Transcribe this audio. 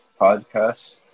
podcast